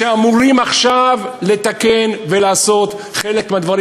שאמורים עכשיו לתקן ולעשות חלק מהדברים.